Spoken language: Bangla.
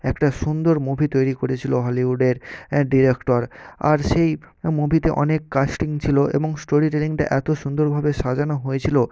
একটা সুন্দর মুভি তৈরি করেছিল হলিউডের ডিরেক্টর আর সেই মুভিতে অনেক কাস্টিং ছিল এবং স্টোরি টেলিংটা এত সুন্দরভাবে সাজানো হয়েছিল